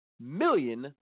million